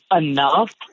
enough